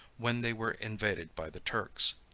when they were invaded by the turks.